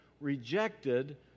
rejected